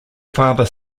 father